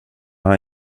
han